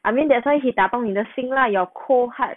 I mean that's why he 打包你的心 lah your cold heart